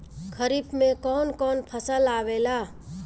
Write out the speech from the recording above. खरीफ में कौन कौन फसल आवेला?